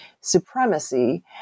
supremacy